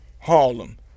Harlem